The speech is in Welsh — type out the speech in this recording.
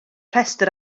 rhestr